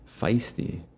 feisty